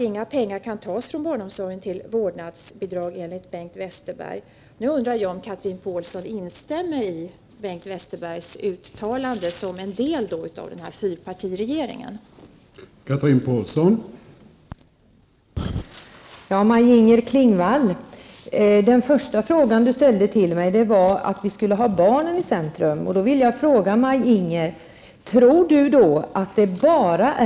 Inga pengar kan därför, enligt Bengt Jag undrar om Chatrine Pålsson som en företrädare för denna fyrpartiregerings politik instämmer i